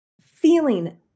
feeling